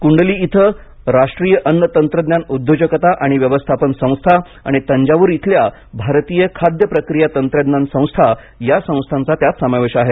कुंडली इथल्या राष्ट्रीय अन्न तंत्रज्ञान उद्योजकता आणि व्यवस्थापन संस्था आणि तंजावूर इथल्या भारतीय खाद्य प्रक्रिया तंत्रज्ञान संस्था या संस्थांचा त्यात समावेश आहे